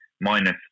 minus